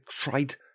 tried